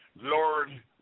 Lord